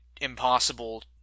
impossible